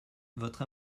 votre